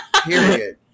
Period